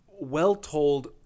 well-told